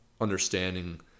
understanding